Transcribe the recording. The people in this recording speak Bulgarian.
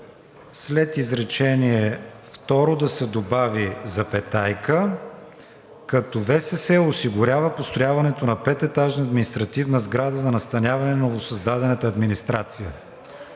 след изречение второ да се добави „като ВСС осигурява построяването на пететажна административна сграда за настаняване на новосъздадената администрация“.